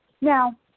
Now